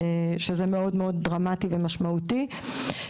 שזה מאוד דרמטי ומשמעותי.